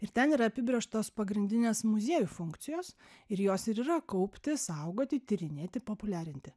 ir ten yra apibrėžtos pagrindinės muziejų funkcijos ir jos ir yra kaupti saugoti tyrinėti populiarinti